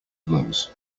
blows